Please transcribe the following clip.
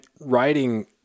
writing